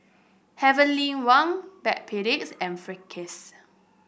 Heavenly Wang Backpedics and Friskies